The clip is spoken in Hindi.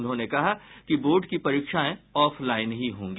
उन्होंने कहा कि बोर्ड की परीक्षाएं ऑफलाईन ही होगी